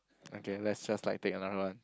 okay let's just like take another one